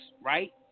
right